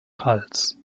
hals